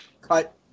cut